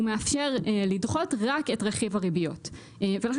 הוא מאפשר לדחות רק את רכיב הריביות ולכן